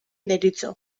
deritzo